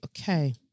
okay